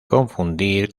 confundir